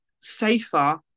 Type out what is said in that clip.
safer